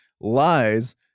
lies